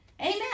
Amen